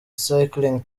cycling